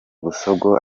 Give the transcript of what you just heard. busogo